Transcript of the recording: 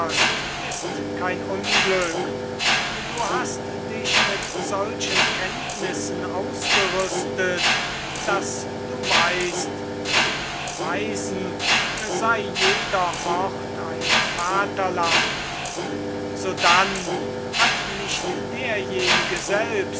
ist kein unglück du hast dich mit solchen kenntnissen ausgerüstet daß du weißt dem weisen sei jeder ort ein vaterland sodann hat nicht derjenige selbst